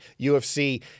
UFC